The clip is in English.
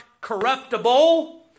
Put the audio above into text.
corruptible